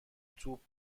توپ